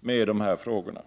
med dessa frågor.